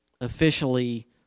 officially